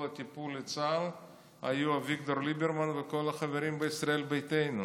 הטיפול לצה"ל היו אביגדור ליברמן וכל החברים בישראל ביתנו.